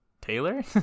Taylor